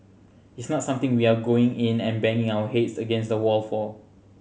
it's not something we are going in and banging our heads against a wall for